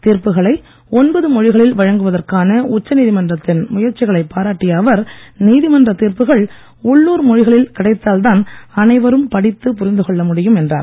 தீர்ப்புகளை மொழிகளில் வழங்குவதற்கான உச்சநீதிமன்றத்தின் முயற்சிகளைப் பாராட்டிய அவர் நீதிமன்ற தீர்ப்புகள் உள்ளுர் மொழிகளில் கிடைத்தால் தான் அனைவரும் படித்து புரிந்து கொள்ள முடியும் எனறார்